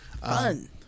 Fun